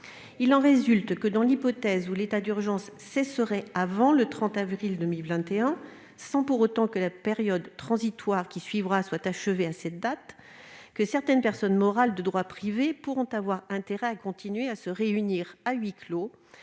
-, il faut prévoir l'hypothèse où l'état d'urgence cesserait avant le 30 avril 2021 sans que la période transitoire qui suivra soit achevée à cette date. Dans ce cas, certaines personnes morales de droit privé pourront avoir intérêt à continuer à se réunir à huis clos,